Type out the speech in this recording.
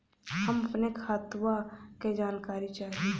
हम अपने खतवा क जानकारी चाही?